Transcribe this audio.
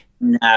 No